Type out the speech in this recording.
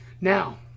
now